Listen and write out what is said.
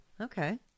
Okay